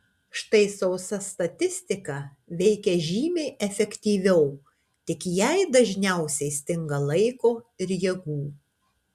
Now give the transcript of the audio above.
štai sausa statistika veikia žymiai efektyviau tik jai dažniausiai stinga laiko ir jėgų